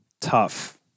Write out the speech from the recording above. tough